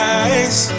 eyes